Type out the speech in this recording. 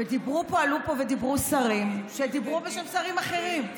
ועלו פה ודיברו שרים שדיברו בשם שרים אחרים.